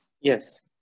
Yes